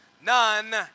none